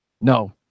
no